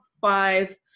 five